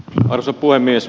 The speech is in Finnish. arvoisa puhemies